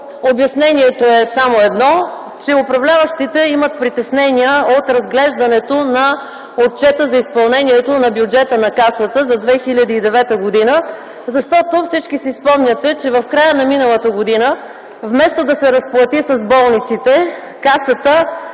обяснението е само едно: управляващите имат притеснения от разглеждането на отчета за изпълнението на бюджета на Касата за 2009 г., защото всички си спомняте, че в края на миналата година вместо да се разплати с болниците, Касата